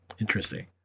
Interesting